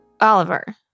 Oliver